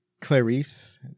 Clarice